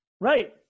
Right